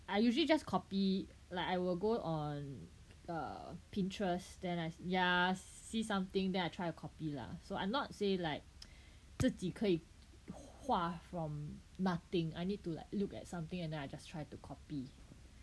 I usually just copy like I will go on err Pinterst then I ya see something then I try to copy lah so I'm not say like 自己可以画 from nothing I need to like look at something and then I just try to copy